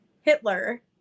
Hitler